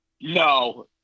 No